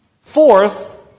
Fourth